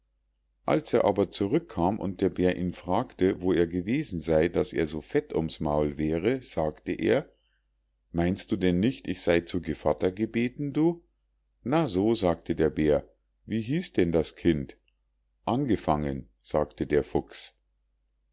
als er aber zurückkam und der bär ihn fragte wo er gewesen sei daß er so fett ums maul wäre sagte er meinst du denn nicht ich sei zu gevatter gebeten du na so sagte der bär wie hieß denn das kind angefangen sagte der fuchs